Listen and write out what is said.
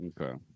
Okay